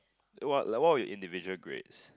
what like what were your individual grades